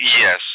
Yes